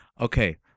Okay